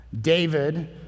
David